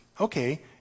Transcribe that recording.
okay